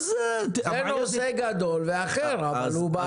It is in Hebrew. אז --- זה נושא גדול ואחר, אבל הוא בעייתי.